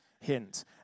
hint